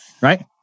right